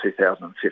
2015